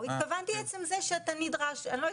התכוונתי לעצם זה שאדם נדרש לבוא,